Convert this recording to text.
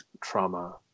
trauma